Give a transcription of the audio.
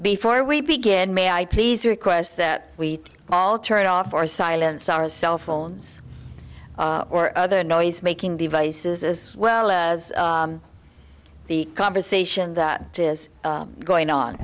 before we begin may i please request that we all turn off or silence our cell phones or other noisemaking devices as well as the conversation that is going on